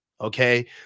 Okay